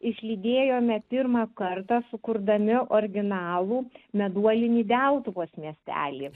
išlydėjome pirmą kartą sukurdami originalų meduolinį deltuvos miestelį